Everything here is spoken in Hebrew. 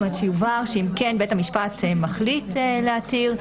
כך שיובהר שאם בית המשפט מחליט להתיר,